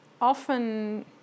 often